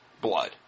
blood